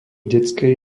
detskej